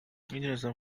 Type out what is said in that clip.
دونستم